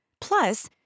Plus